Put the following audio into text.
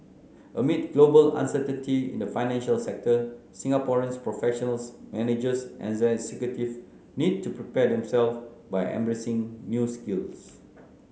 amid global uncertainty in the financial sector Singaporean professionals managers and executive need to prepare themselves by embracing new skills